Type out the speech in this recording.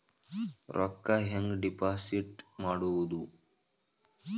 ರೊಕ್ಕ ಹೆಂಗೆ ಡಿಪಾಸಿಟ್ ಮಾಡುವುದು?